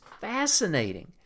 fascinating